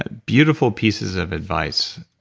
ah beautiful pieces of advice.